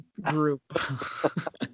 group